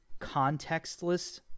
contextless